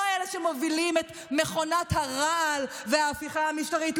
לא אלה שמובילים את מכונת הרעל וההפיכה המשטרית,